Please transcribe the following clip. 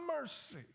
mercy